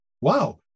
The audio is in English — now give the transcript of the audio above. Wow